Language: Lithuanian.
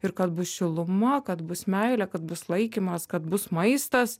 ir kad bus šiluma kad bus meilė kad bus laikymas kad bus maistas